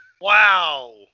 Wow